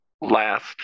last